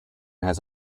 had